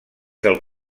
del